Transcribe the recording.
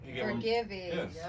forgiving